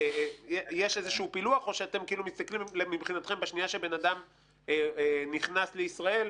יש איזשהו פילוח או שמבחינתכם בשנייה שבן אדם נכנס לישראל,